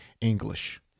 English